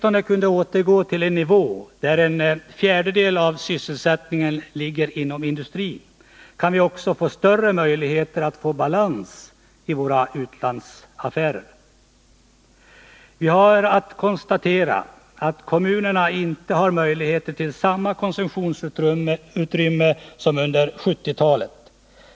Om vi kan återgå till en nivå där åtminstone en fjärdedel av sysselsättningen ligger inom industrin, har vi också större möjligheter att få balans i våra utlandsaffärer. Vi har att konstatera att kommunerna inte har samma konsumtionsutrymme som under 1970-talet.